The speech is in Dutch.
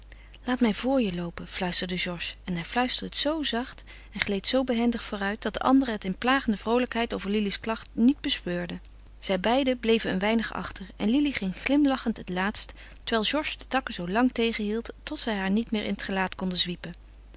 laat mij vr je loopen fluisterde georges en hij fluisterde het zoo zacht en gleed zoo behendig vooruit dat de anderen het in plagende vroolijkheid over lili's klacht niet bespeurden zij beiden bleven een weinig achter en lili ging glimlachend het laatst terwijl georges de takken zoo lang tegenhield tot zij haar niet meer in het gelaat konden zwiepen